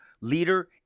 leader